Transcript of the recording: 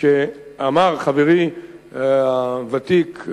כשאמר חברי הוותיק,